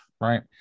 right